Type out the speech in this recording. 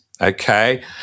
Okay